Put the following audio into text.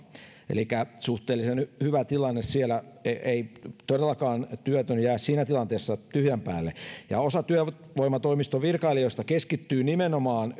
elikkä suhteellisen hyvä tilanne siellä ei todellakaan työtön jää siinä tilanteessa tyhjän päälle ja osa työvoimatoimiston virkailijoista keskittyy nimenomaan